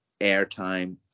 airtime